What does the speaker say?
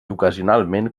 ocasionalment